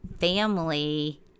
family